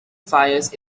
fires